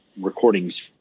recordings